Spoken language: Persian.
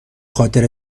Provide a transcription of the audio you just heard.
خاطر